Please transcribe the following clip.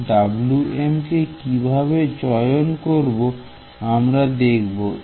তাই Wm কে কিভাবে চয়ন করব আমরা দেখব